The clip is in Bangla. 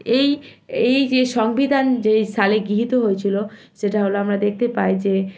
এই এই যে সংবিধান যেই সালে গৃহীত হয়েছিলো সেটা হলো আমরা দেখতে পাই যে